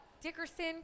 Dickerson